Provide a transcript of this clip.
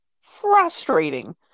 frustrating